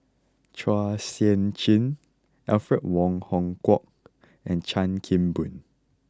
Chua Sian Chin Alfred Wong Hong Kwok and Chan Kim Boon